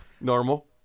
normal